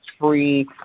free